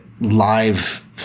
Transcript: live